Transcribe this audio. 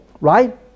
right